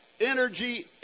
energy